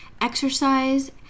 exercise